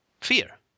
Fear